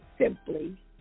simply